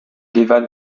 gewann